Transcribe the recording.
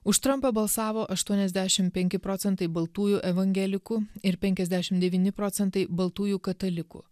už trumpą balsavo aštuoniasdešimt penki procentai baltųjų evangelikų ir penkiasdešimt devyni procentai baltųjų katalikų